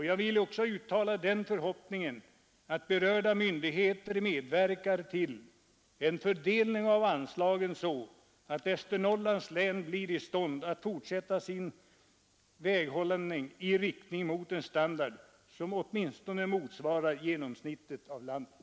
Jag vill också uttala den förhoppningen att berörda myndigheter medverkar till en fördelning av anslagen så att Västernorrlands län blir i stånd att fortsätta sin väghållning i riktning mot en standard som motsvarar genomsnittet för landet.